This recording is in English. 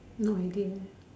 no idea